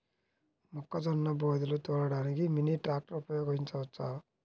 మొక్కజొన్న బోదెలు తోలడానికి మినీ ట్రాక్టర్ ఉపయోగించవచ్చా?